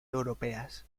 europeas